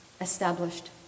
established